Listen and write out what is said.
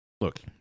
look